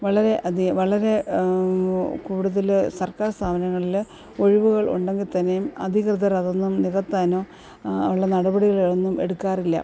വളരെഅധികം വളരെ കൂടുതൽ സർക്കാർ സ്ഥാപനങ്ങളിൽ ഒഴിവുകൾ ഉണ്ടെങ്കിൽ തന്നെയും അധികൃതർ അതൊന്നും നികത്താനോ ഉള്ള നടപടികൾ ഒന്നും എടുക്കാറില്ല